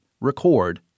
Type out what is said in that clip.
record